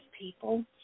people